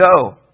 go